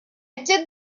did